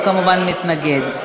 הוא כמובן מתנגד.